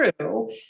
true